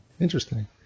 interesting